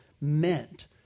meant